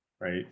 right